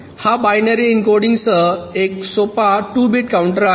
हा बायनरी एन्कोडिंगसह एक सोपा 2 बिट काउंटर आहे